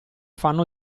fanno